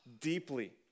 deeply